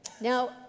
Now